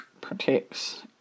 protects